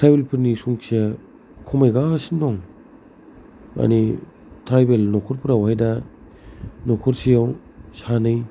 tribal फोरनि संख्या खमायगासिनो दं मानि थ्राइबेल नखरफोराव दा नखरसेयाव सानै